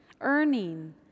Earning